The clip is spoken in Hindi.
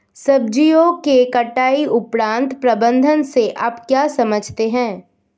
सब्जियों के कटाई उपरांत प्रबंधन से आप क्या समझते हैं?